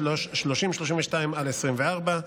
פ/3032/24.